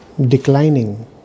declining